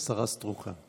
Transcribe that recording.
השרה סטרוק כאן.